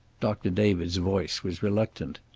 doctor david's voice was reluctant.